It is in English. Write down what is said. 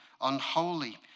unholy